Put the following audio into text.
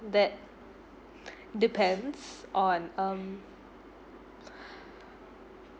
that depends on um